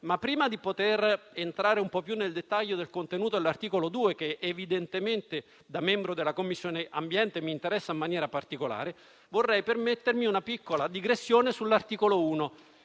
Prima di entrare nel dettaglio del contenuto dell'articolo 2, che evidentemente, da membro della Commissione ambiente, mi interessa in maniera particolare, vorrei permettermi una piccola digressione sull'articolo 1,